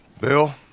Bill